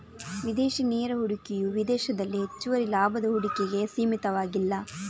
ವಿದೇಶಿ ನೇರ ಹೂಡಿಕೆಯು ವಿದೇಶದಲ್ಲಿ ಹೆಚ್ಚುವರಿ ಲಾಭದ ಹೂಡಿಕೆಗೆ ಸೀಮಿತವಾಗಿಲ್ಲ